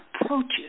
approaches